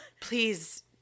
please